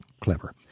clever